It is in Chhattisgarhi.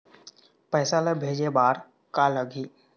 पैसा ला भेजे बार का का लगही?